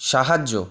সাহায্য